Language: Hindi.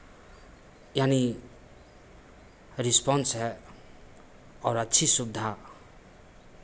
यानि रिस्पॉन्स है और अच्छी सुविधा